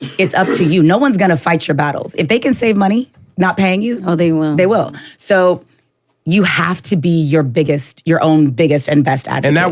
it's up to you. no one's going to fight your battles. if they can save money not paying you oh, they will. they will. so you have to be your biggest, your own biggest and best and advocate.